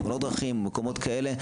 בתאונות דרכים ומקומות כאלה,